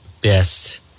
best